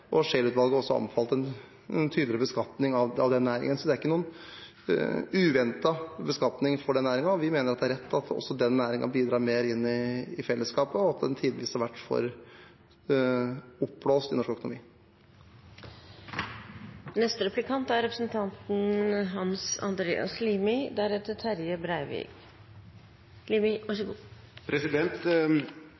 Scheel-utvalget har også anbefalt en tydeligere beskatning av den næringen. Så det er ikke noen uventet beskatning for næringen, og vi mener det er rett at også den næringen bidrar mer inn til fellesskapet, og at den tidvis har vært for oppblåst i norsk økonomi. Jeg registrerer at representanten Slagsvold Vedum er